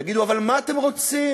יגידו: אבל מה אתם רוצים?